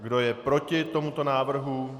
Kdo je proti tomuto návrhu?